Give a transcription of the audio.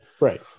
Right